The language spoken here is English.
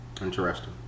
Interesting